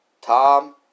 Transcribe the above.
Tom